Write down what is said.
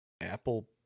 apple